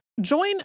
Join